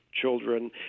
Children